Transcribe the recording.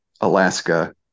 Alaska